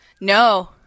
No